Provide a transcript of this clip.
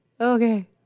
okay